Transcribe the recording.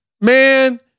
man